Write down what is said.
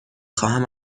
خواهم